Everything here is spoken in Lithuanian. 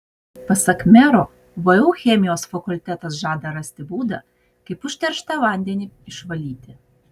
pasak mero vu chemijos fakultetas žada rasti būdą kaip užterštą vandenį išvalyti